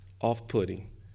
off-putting